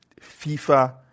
FIFA